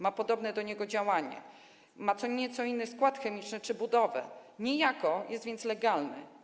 Ma podobne do niego działanie, ma co nieco inny skład chemiczny czy budowę, niejako jest więc legalny.